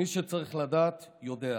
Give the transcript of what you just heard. מי שצריך לדעת, יודע.